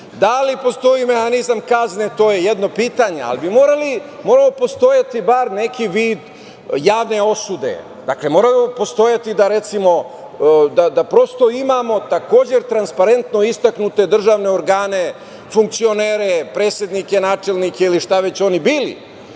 Da li postoji mehanizam kazne, to je jedno pitanje, ali bi morao postojati bar neki vid javne osude, dakle, moralo bi postojati da, recimo, imamo takođe transparentno istaknute državne organe, funkcionere, predsednike, načelnike, ili šta već oni bili,